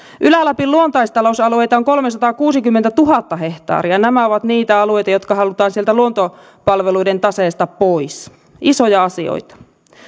ylä lapin luontaistalousalueita on kolmesataakuusikymmentätuhatta hehtaaria ja nämä ovat niitä alueita jotka halutaan sieltä luontopalveluiden taseesta pois isoja asioita